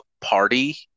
party